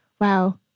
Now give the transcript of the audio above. wow